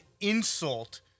insult